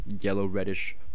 yellow-reddish